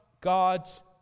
God's